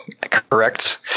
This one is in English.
correct